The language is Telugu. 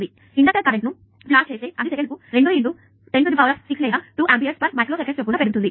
కాబట్టి ఇండక్టర్ కరెంట్ ను ప్లాట్ చేస్తే అది సెకనుకు 2 106 లేదా 2A μs చొప్పున పెరుగుతుంది